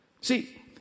See